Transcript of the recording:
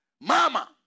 mama